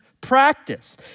Practice